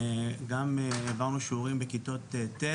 גם העברנו שיעורים בכיתות י',